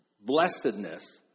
blessedness